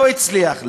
לא הצליח.